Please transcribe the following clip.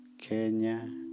Kenya